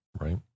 right